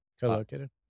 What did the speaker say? Co-located